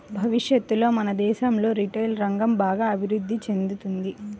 భవిష్యత్తులో మన దేశంలో రిటైల్ రంగం బాగా అభిరుద్ధి చెందుతుంది